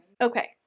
Okay